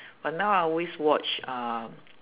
but now I'll always watch uh